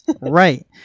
Right